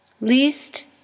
Least